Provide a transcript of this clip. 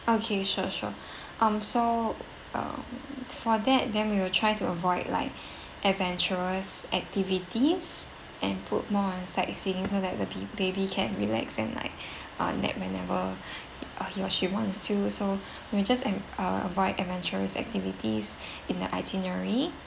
okay sure sure mm so uh for that then we will try to avoid like adventurous activities and put more on sightseeing so that the baby can relax and like uh nap whenever uh he or she wants to so we just an~ uh avoid adventurous activities in the itinerary